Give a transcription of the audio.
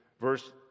verse